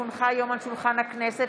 כי הונחה היום על שולחן הכנסת,